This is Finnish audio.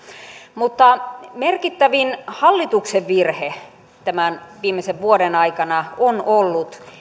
mutta merkittävin hallituksen virhe tämän viimeisen vuoden aikana on ollut